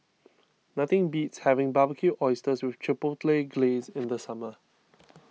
nothing beats having Barbecued Oysters with Chipotle Glaze in the summer